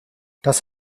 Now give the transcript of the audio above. das